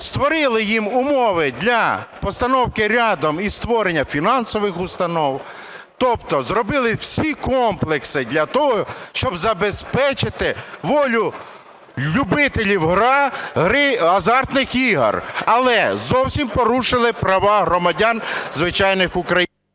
створили їм умови для постановки рядом і створення фінансових установ. Тобто зробили всі комплекси для того, щоб забезпечити волю любителів гри азартних ігор, але зовсім порушили права громадян звичайних українців.